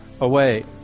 away